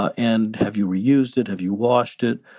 ah and have you reused it? have you washed it?